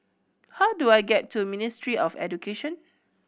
how do I get to Ministry of Education